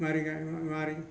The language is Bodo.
माबोरै गायोबा माबोरै